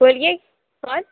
بولیے کون